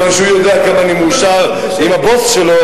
כי הוא יודע כמה אני מאושר עם הבוס שלו,